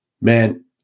Man